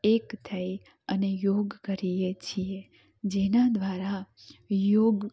એક થઈ અને યોગ કરીએ છીએ જેના દ્વારા યોગ